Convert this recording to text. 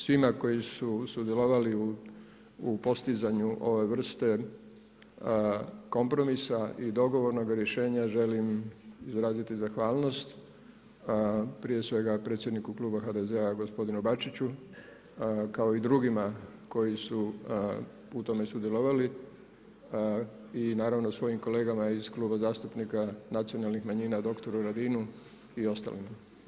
Svima koji su sudjelovali u postizanju ove vrste, kompromisa i dogovornoga rješenja želim izraziti zahvalnost, prije svega predsjedniku Kluba HDZ-a gospodinu Bačiću, kao i drugima koji su u tome sudjelovali i naravno svojim kolegama iz Kluba zastupnika nacionalnih manjina, doktoru Radinu i ostalima.